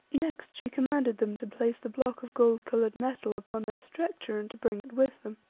next she commanded them to place the block of gold-coloured metal upon their stretcher and to bring it with them.